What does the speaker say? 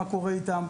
מה קורה איתם,